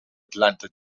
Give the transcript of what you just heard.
atlanta